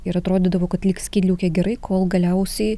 ir atrodydavo kad lyg skydliaukė gerai kol galiausiai